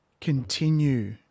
continue